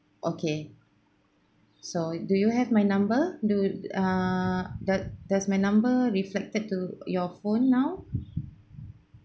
okay so do you have my number do ah do~ does my number reflected to your phone now